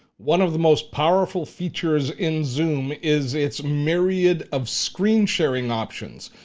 one of the most powerful features in zoom is its myriad of screen-sharing options.